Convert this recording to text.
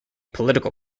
political